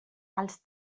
els